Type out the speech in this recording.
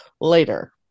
Later